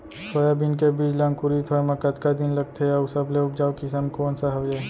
Soybean के बीज ला अंकुरित होय म कतका दिन लगथे, अऊ सबले उपजाऊ किसम कोन सा हवये?